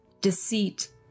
deceit